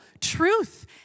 truth